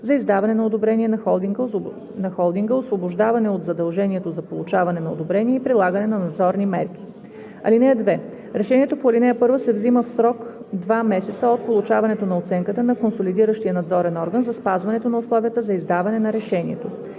за издаване на одобрение на холдинга, освобождаване от задължението за получаване на одобрение и прилагане на надзорни мерки. (2) Решението по ал. 1 се взима в срок два месеца от получаването на оценката на консолидиращия надзорен орган за спазването на условията за издаване на решението.